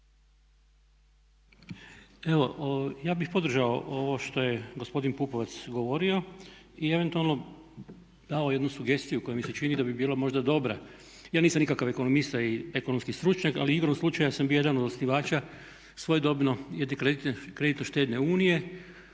Evo ja bih podržao ovo što je gospodin Pupovac govorio i eventualno dao jednu sugestiju koja mi se čini da bi bila možda dobra. Ja nisam nikakav ekonomista i ekonomski stručnjak, ali igrom slučaja sam bio jedan od osnivača svojedobne jedne kreditno-štedne unije